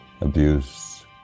abuse